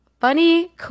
funny